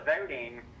voting